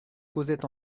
causette